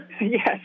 Yes